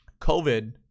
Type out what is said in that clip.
COVID